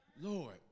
Lord